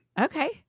Okay